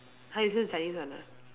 !huh! you listen to Chinese one ah